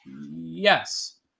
Yes